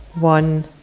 One